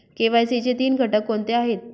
KYC चे तीन घटक कोणते आहेत?